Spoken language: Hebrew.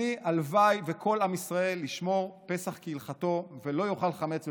הלוואי שכל עם ישראל ישמור פסח כהלכתו ולא יאכל חמץ בפסח.